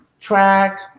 track